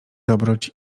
dobroć